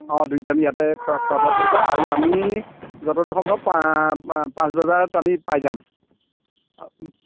অ দুইটা আমি ইয়াতে খোৱা খোৱা বোৱা কৰিবা আৰু আমি য'তদূৰ সম্ভৱ পা পা পাঁচ বজাত আমি পাই যাম